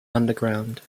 underground